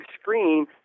screen